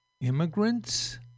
Immigrants